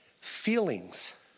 Feelings